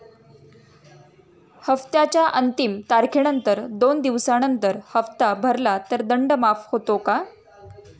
हप्त्याच्या अंतिम तारखेनंतर दोन दिवसानंतर हप्ता भरला तर दंड माफ होतो का?